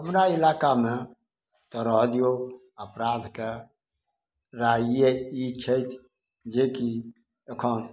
हमरा इलाकामे तऽ रहऽ दिऔ अपराधके राइए ई छथि जेकि एखन